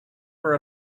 for